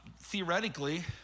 theoretically